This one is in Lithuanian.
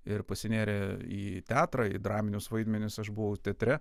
ir pasinėrė į teatrą į draminius vaidmenis aš buvau teatre